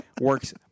works